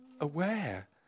aware